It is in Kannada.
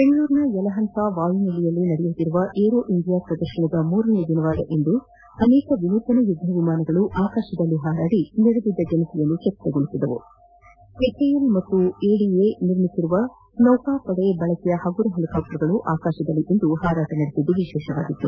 ಬೆಂಗಳೂರಿನ ಯಲಹಂಕ ವಾಯು ನೆಲೆಯಲ್ಲಿ ನಡೆಯುತ್ತಿರುವ ಏರೋ ಇಂಡಿಯಾ ಪ್ರದರ್ಶನದ ಮೂರನೇ ದಿನವಾದ ಇಂದು ಅನೇಕ ವಿನೂತನ ಯುದ್ದ ವಿಮಾನಗಳು ಆಕಾಶದಲ್ಲಿ ಹಾರಾಡುವ ಮೂಲಕ ನರೆದಿದ್ದ ಜನರನ್ನು ಚಕಿತಗೊಳಿಸಿದವು ಹೆಚ್ ಎಎಲ್ ಹಾಗೂ ಎಡಿಎ ನಿರ್ಮಿಸಿರುವ ಅ ನೌಕಾಪಡೆ ಬಳಕೆಯ ಹಗುರ ಹೆಲಿಕಾಪ್ಟರ್ಗಳು ಆಕಾಶದಲ್ಲಿ ಇಂದು ಹಾರಾಟ ನಡೆಸಿದವು